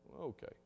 Okay